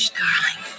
darling